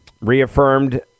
reaffirmed